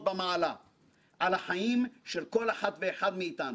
במעלה על החיים של כל אחת ואחד מאתנו.